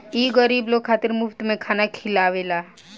ई गरीब लोग खातिर मुफ्त में खाना खिआवेला